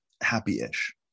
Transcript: happy-ish